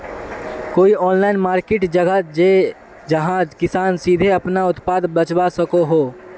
कोई online market जगह छे जहाँ किसान सीधे अपना उत्पाद बचवा सको हो?